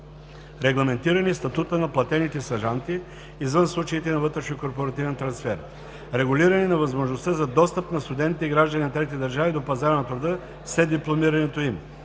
регламентиране статута на платените стажанти, извън случаите на вътрешнокорпоративен трансфер; - регулиране на възможността за достъп на студентите – граждани на трети държави, до пазара на труда след дипломирането им;